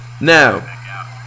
Now